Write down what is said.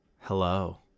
hello